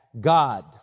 God